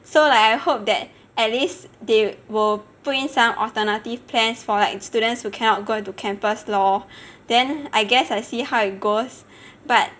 so like I hope that at least they will put in some alternative plans for like students who cannot go into campus lor then I guess I see how it goes but